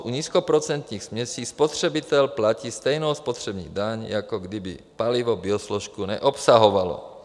U nízkoprocentních směsí spotřebitel platí stejnou spotřební daň, jako kdyby palivo biosložku neobsahovalo.